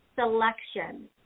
selection